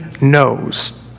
knows